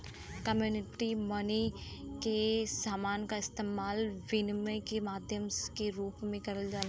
commodity money में समान क इस्तेमाल विनिमय के माध्यम के रूप में करल जाला